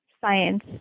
science